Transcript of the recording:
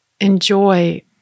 enjoy